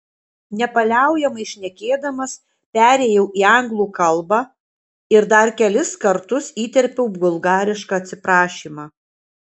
nepaliaujamai šnekėdamas perėjau į anglų kalbą ir dar kelis kartus įterpiau bulgarišką atsiprašymą